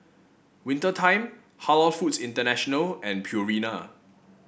Winter Time Halal Foods International and Purina